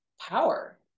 power